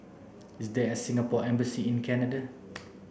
is there a Singapore Embassy in Canada